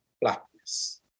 Blackness